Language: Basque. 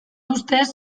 ustez